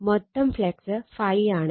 മൊത്തം ഫ്ളക്സ് ∅ ആണ്